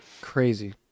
Crazy